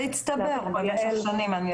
זה הצטבר במשך שנים.